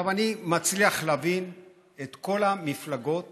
אני מצליח להבין את כל המפלגות